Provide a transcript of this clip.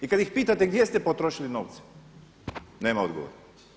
I kada ih pitate gdje ste potrošili novce nema odgovora.